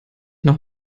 noch